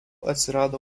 atsirado